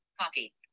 copy